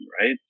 right